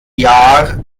jahr